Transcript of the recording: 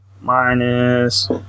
minus